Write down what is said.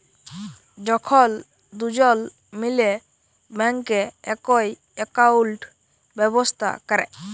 যখল দুজল মিলে ব্যাংকে একই একাউল্ট ব্যবস্থা ক্যরে